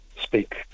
speak